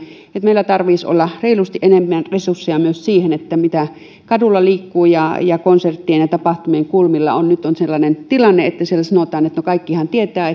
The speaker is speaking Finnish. meillä tarvitsisi olla reilusti enemmän resursseja myös siihen mitä liikkuu kadulla ja konserttien ja tapahtumien kulmilla nyt on sellainen tilanne että siellä sanotaan että no kaikkihan tietävät